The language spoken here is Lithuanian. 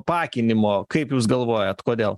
apakinimo kaip jūs galvojat kodėl